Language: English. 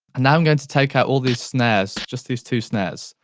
now i'm going to take out all these snares, just these two snares.